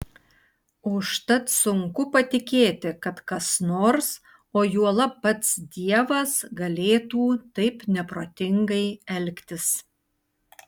užtat sunku patikėti kad kas nors o juolab pats dievas galėtų taip neprotingai elgtis